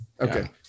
Okay